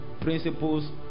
Principles